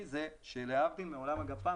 להבדיל מעולם הגפ"ם,